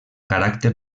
caràcter